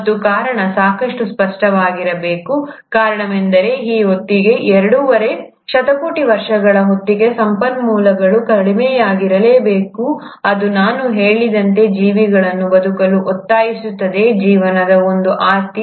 ಮತ್ತು ಕಾರಣವು ಸಾಕಷ್ಟು ಸ್ಪಷ್ಟವಾಗಿರಬೇಕು ಕಾರಣವೆಂದರೆ ಈ ಹೊತ್ತಿಗೆ ಎರಡೂವರೆ ಶತಕೋಟಿ ವರ್ಷಗಳ ಹೊತ್ತಿಗೆ ಸಂಪನ್ಮೂಲಗಳು ಕಡಿಮೆಯಾಗಿರಬೇಕು ಅದು ನಾನು ಹೇಳಿದಂತೆ ಜೀವಿಗಳನ್ನು ಬದುಕಲು ಒತ್ತಾಯಿಸುತ್ತದೆ ಜೀವನದ ಒಂದು ಆಸ್ತಿ